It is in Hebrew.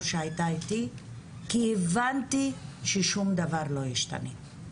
שהייתה איתי כי הבנתי ששום דבר לא ישתנה.